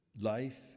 life